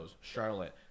Charlotte